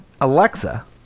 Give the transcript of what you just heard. Alexa